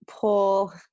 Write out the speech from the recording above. pull